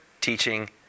teaching